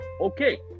Okay